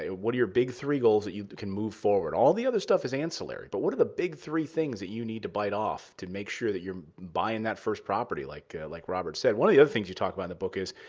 ah what are your big three goals that you can move forward? all the other stuff is ancillary. but what are the big three things that you need to bite off, to make sure that you're buying that first property, like like robert said. one of the other things you talk about in the book is